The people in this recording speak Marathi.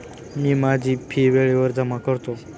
मी माझी फी वेळेवर जमा करतो